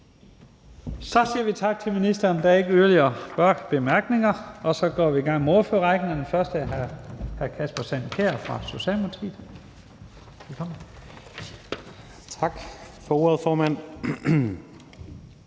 Så siger vi tak til ministeren. Der er ikke yderligere korte bemærkninger. Så går vi i gang med ordførerrækken, og den første er hr. Kasper Sand Kjær fra Socialdemokratiet. Velkommen. Kl. 15:51 (Ordfører)